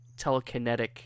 telekinetic